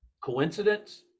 Coincidence